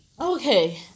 Okay